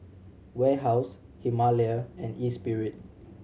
Warehouse Himalaya and Espirit